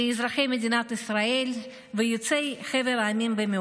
לאזרחי מדינת ישראל, ובמיוחד ליוצאי חבר המדינות.